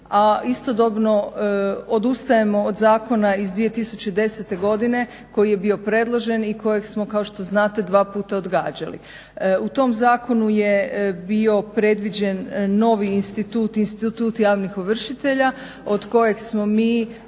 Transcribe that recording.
a istodobno odustajemo od zakona iz 2010. godine koji je bio predložen i kojeg smo kao što znate dva puta odgađali. U tom zakonu je bio predviđen novi institut, institut javnih ovršitelja, od kojeg smo mi